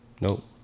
Nope